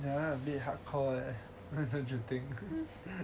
that [one] a bit hardcore eh no just joking